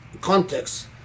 context